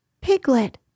Piglet